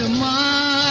la